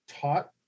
taught